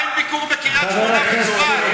מה עם ביקור בקריית-שמונה וצפת?